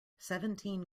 seventeen